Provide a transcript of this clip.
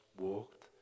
walked